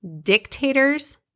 dictators